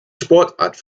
sportart